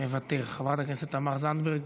מוותר, חברת הכנסת תמר זנדברג,